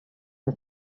and